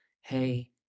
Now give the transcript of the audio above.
Hey